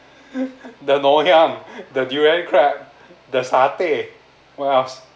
the ngoh hiang the durian crap the satay what else